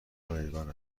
رایگان